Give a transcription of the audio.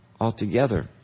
altogether